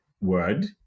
word